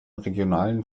regionalen